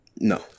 No